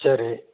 சரி